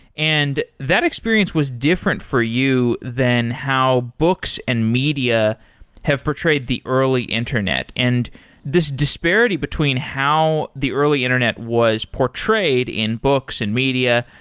and that experience was different for you than how books and media have portrayed the early internet. and this disparity between how the early internet was portrayed in books and media,